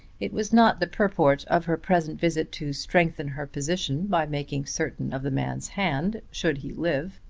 it was not the purport of her present visit to strengthen her position by making certain of the man's hand should he live.